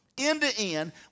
end-to-end